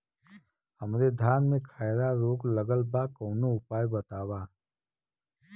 हमरे धान में खैरा रोग लगल बा कवनो उपाय बतावा?